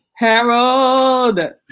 Harold